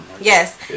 Yes